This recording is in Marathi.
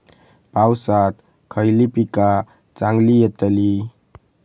पावसात खयली पीका चांगली येतली?